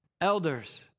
elders